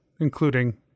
including